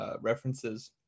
references